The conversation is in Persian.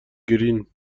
گرین